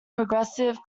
progressive